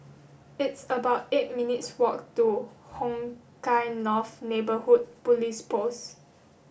it's about eight minutes' walk to Hong Kah North Neighbourhood Police Post